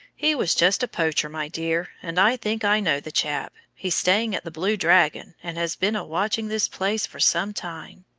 he was just a poacher, my dear, and i think i know the chap. he's staying at the blue dragon, and has been a-watching this place for some time.